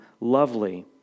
lovely